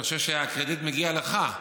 אני חושב שהקרדיט מגיע לך.